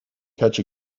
catch